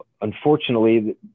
unfortunately